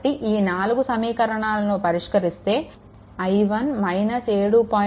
కాబట్టి ఈ 4 సమీకరణాలను పరిష్కరిస్తే i1 7